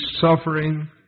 suffering